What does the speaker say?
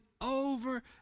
over